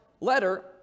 letter